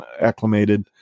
acclimated